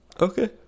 Okay